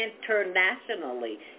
internationally